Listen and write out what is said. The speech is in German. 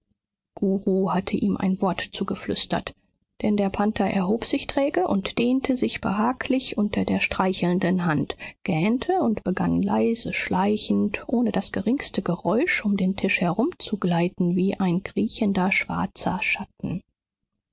hatte ihm ein wort zugeflüstert denn der panther erhob sich träge und dehnte sich behaglich unter der streichelnden hand gähnte und begann leise schleichend ohne das geringste geräusch um den tisch herumzugleiten wie ein kriechender schwarzer schatten